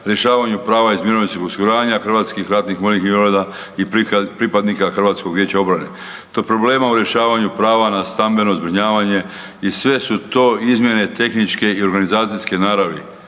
rješavanju prava iz mirovinskog osiguranja HRVI-a i pripadnika HVO-a, do problema u rješavanju prava na stambeno zbrinjavanje i sve su to izmjene tehničke i organizacijske naravi,